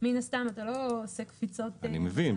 מן הסתם אתה לא עושה קפיצות --- אני מבין,